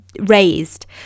raised